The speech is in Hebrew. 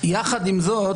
יחד עם זאת,